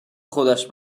خودش